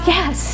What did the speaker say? Yes